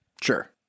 Sure